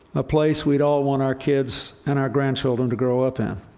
a place we'd all want our kids and our grandchildren to grow up in.